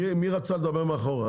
מי רצה לדבר מאחורה?